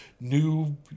new